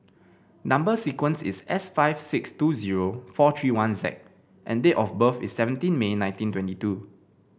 number sequence is S five six two zero four three one Z and date of birth is seventeen May nineteen twenty two